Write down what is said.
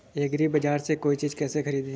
एग्रीबाजार से कोई चीज केसे खरीदें?